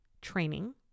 training